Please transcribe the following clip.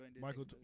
Michael